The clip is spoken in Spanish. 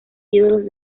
ídolos